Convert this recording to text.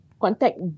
Contact